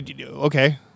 Okay